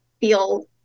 feel